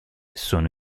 sono